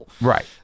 Right